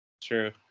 true